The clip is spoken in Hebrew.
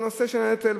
הנושא של הנטל,